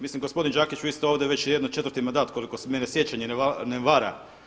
Mislim, gospodine Đakić, vi ste ovdje već jedno četvrti mandat koliko me sjećanje ne vara.